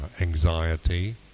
anxiety